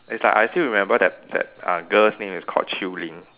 it's like I still remember that that uh the girl's name is called Chew Ling